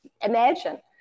imagine